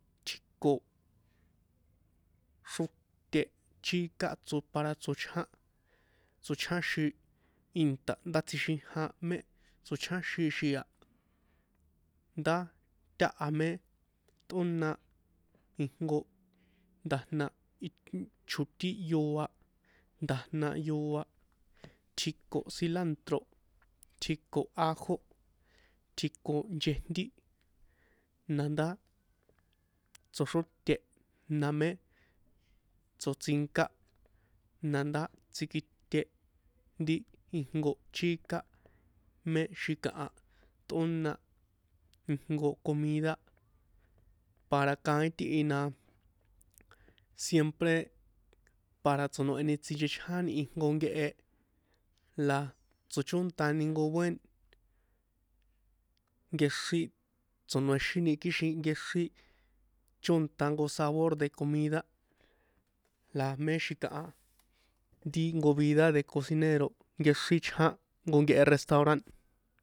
Tjiko xróte chika tso para tsochjan tsochjáxin inta ndá tsjixijan mé tsochjáxin xia ndá táha mé tꞌóna ijnko nda̱jna chotín yóa nda̱jna yóa tjiko cilantro tjiko ajo tjiko nchejntí nadá tsoxróte na mé tsoṭsinká nadá tsikitse ri ijnko chika mé xikaha tꞌóna ijnko comida para kaín tihi na siempre para tso̱noheni tsinchechjáni ijnko nkehe la tsochóntani jnko buén nkexrín tso̱noexíni kixin nkexrín chónta jnko sabor de comida la mé xi̱kaha ti jnko vida de cocinero nkexrín chján jnko nkehe restauran.